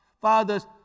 father's